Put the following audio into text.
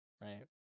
right